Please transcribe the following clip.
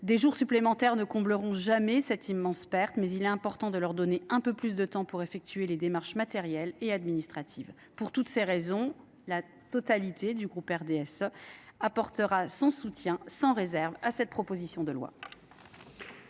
Des jours supplémentaires ne combleront jamais cette immense perte, mais il est important de donner aux familles un peu plus de temps pour effectuer les démarches matérielles et administratives. Pour toutes ces raisons, la totalité du groupe RDSE apportera un soutien sans réserve à cette proposition de loi.